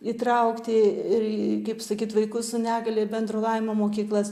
įtraukti ir kaip sakyt vaikus su negalia į bendro lavinimo mokyklas